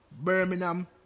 Birmingham